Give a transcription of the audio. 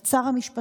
את שר המשפטים,